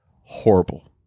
horrible